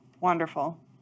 Wonderful